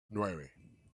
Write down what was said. nueve